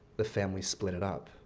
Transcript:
the family split it up.